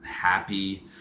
happy